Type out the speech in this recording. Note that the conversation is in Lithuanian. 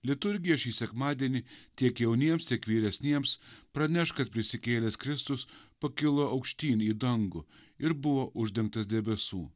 liturgija šį sekmadienį tiek jauniems tiek vyresniems pranešk kad prisikėlęs kristus pakilo aukštyn į dangų ir buvo uždengtas debesų